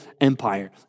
empire